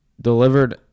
delivered